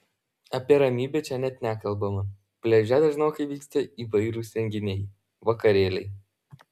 apie ramybę čia net nekalbama pliaže dažnokai vyksta įvairūs renginiai vakarėliai